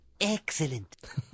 Excellent